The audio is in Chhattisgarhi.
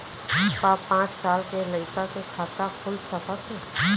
का पाँच साल के लइका के खाता खुल सकथे?